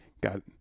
got